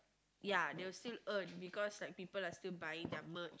ya they will still earn because like people are still buying their merch